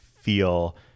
feel